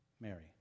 Mary